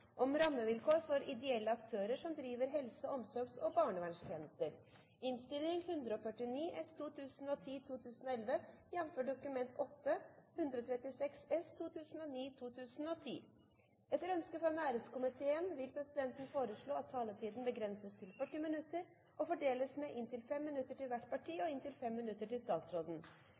om det! Flere har ikke bedt om ordet til sak nr. 17, og saken er dermed avsluttet – med et smil! Etter ønske fra næringskomiteen vil presidenten foreslå at taletiden begrenses til 40 minutter og fordeles med inntil 5 minutter til hvert parti og inntil 5 minutter til statsråden.